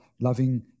loving